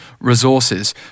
resources